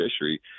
fishery